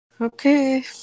okay